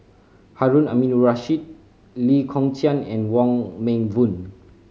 Harun Aminurrashid Lee Kong Chian and Wong Meng Voon